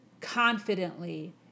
confidently